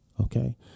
Okay